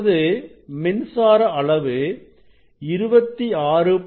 இப்பொழுது மின்சார அளவு 26